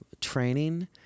training